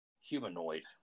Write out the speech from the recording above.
humanoid